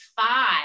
five